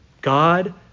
God